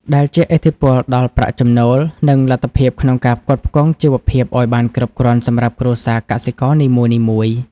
ដែលជះឥទ្ធិពលដល់ប្រាក់ចំណូល និងលទ្ធភាពក្នុងការផ្គត់ផ្គង់ជីវភាពឱ្យបានគ្រប់គ្រាន់សម្រាប់គ្រួសារកសិករនីមួយៗ។